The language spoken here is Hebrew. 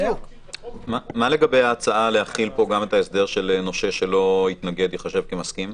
מה לגבי ההצעה להחיל פה גם את ההסדר של נושה שלא יתנגד ייחשב כמסכים?